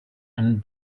and